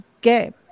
game